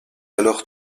alors